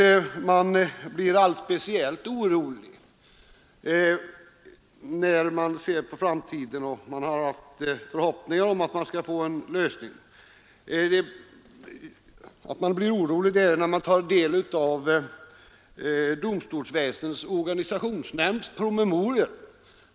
Man blir speciellt orolig inför framtiden, när man tar del av domstolsväsendets organisationsnämnds promemorior.